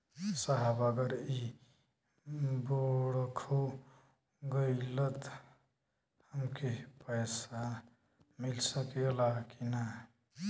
साहब अगर इ बोडखो गईलतऽ हमके पैसा मिल सकेला की ना?